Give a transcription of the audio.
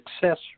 success